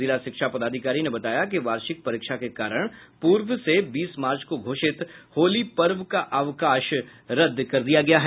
जिला शिक्षा पदाधिकारी ने बताया कि वार्षिक परीक्षा के कारण पूर्व से बीस मार्च को घोषित होली पर्व का अवकाश रद्द कर दिया गया है